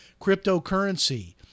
cryptocurrency